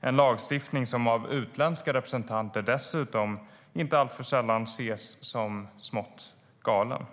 Det är dessutom en lagstiftning som av utländska representanter inte alltför sällan ses som smått galen.